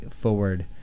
forward